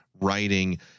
writing